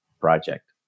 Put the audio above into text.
project